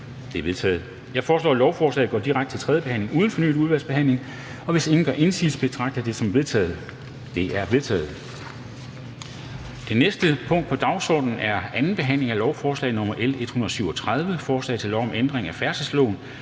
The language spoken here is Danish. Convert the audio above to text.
Det er vedtaget. Jeg foreslår, at lovforslaget går direkte til tredje behandling uden fornyet udvalgsbehandling. Hvis ingen gør indsigelse, betragter jeg det som vedtaget. Det er vedtaget. --- Det næste punkt på dagsordenen er: 17) 2. behandling af lovforslag nr. L 54: Forslag til lov om ændring af lov